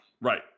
Right